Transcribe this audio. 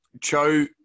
Cho